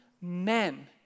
men